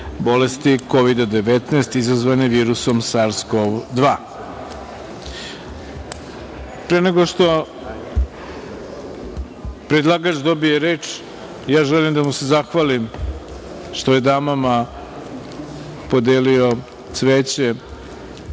bolesti COVID-19 izazvane virusom SARS-COV-2.Pre nego što predlagač dobije reč, želim da mu se zahvalim što je damama podelio cveće,